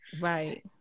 right